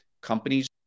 Companies